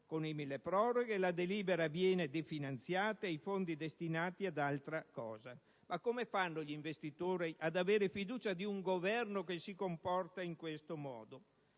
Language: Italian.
con il milleproroghe la delibera viene definanziata ed i fondi destinati ad altra cosa. Come fanno gli investitori ad avere fiducia in un Governo che si comporta in questo modo?